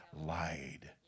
lied